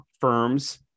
firms